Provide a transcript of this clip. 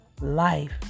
life